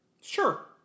Sure